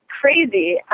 crazy